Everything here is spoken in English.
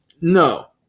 No